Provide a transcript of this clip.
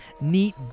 neat